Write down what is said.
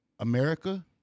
America